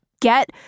get